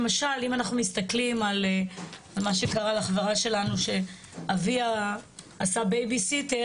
למשל אם אנחנו מסתכלים על מה שקרה לחברה שלנו שאביה עשה בייביסיטר